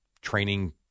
training